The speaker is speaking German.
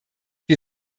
wir